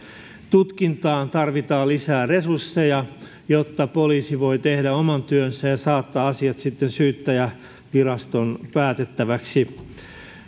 tutkintaan tarvitaan lisää resursseja jotta poliisi voi tehdä oman työnsä ja saattaa asiat sitten syyttäjänviraston päätettäväksi